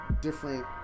different